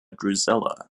drusilla